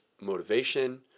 motivation